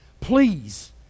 Please